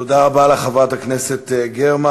תודה רבה לחברת הכנסת גרמן.